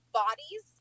bodies